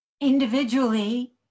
individually